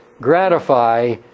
gratify